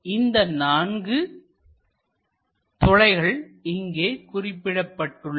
இந்த நான்கு துளைகள் இங்கே குறிக்கப்பட்டுள்ளன